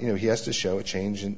you know he has to show a change in